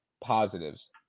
positives